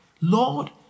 Lord